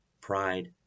pride